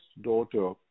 daughter